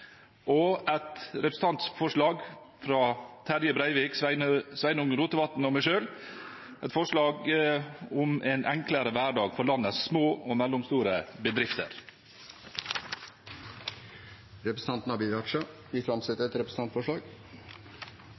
et representantforslag fra representantene Terje Breivik, Sveinung Rotevatn og meg selv om en enklere hverdag for landets små og mellomstore bedrifter. Representanten Abid Q. Raja vil framsette et representantforslag.